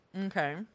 Okay